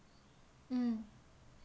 mm